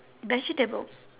vegetable